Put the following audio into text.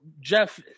Jeff